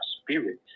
spirit